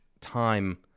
time